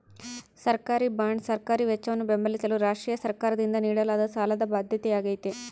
ಸರ್ಕಾರಿಬಾಂಡ್ ಸರ್ಕಾರಿ ವೆಚ್ಚವನ್ನು ಬೆಂಬಲಿಸಲು ರಾಷ್ಟ್ರೀಯ ಸರ್ಕಾರದಿಂದ ನೀಡಲಾದ ಸಾಲದ ಬಾಧ್ಯತೆಯಾಗೈತೆ